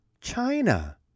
China